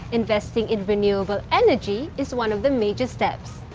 investing in renewable energy is one of the major steps.